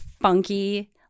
funky